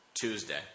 Tuesday